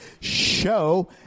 Show